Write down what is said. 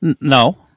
No